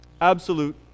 absolute